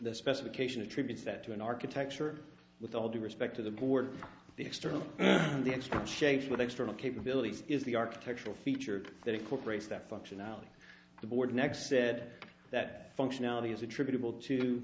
the specification attributes that to an architecture with all due respect to the board the external and the extreme change with external capabilities is the architectural feature that incorporates that functionality the board next said that functionality is attributable to